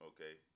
Okay